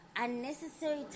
Unnecessary